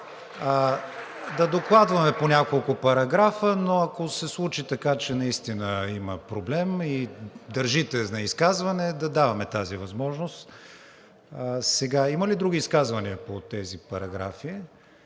Да докладваме по няколко параграфа, но ако се случи така, че наистина има проблем и държите на изказване, да даваме тази възможност. Има ли други изказвания по тези параграфи?